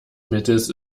mittels